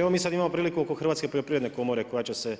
Evo mi sada imamo priliku oko Hrvatske poljoprivredne komore koja će se